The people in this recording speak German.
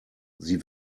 sie